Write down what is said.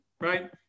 right